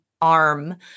arm